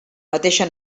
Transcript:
mateixa